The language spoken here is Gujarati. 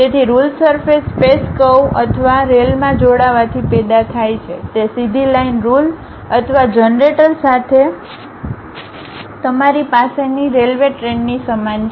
તેથી રુલ સરફેસ સ્પેસ કર્વ્સ અથવા રેલમાં જોડાવાથી પેદા થાય છે તે સીધી લાઇન રુલ અથવા જનરેટર સાથે તમારી પાસેની રેલને ટ્રેનની સમાન છે